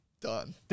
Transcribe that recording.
Done